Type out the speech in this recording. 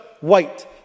white